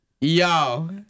yo